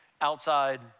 outside